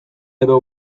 edo